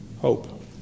Hope